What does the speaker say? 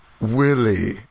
Willie